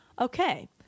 okay